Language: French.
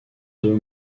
deux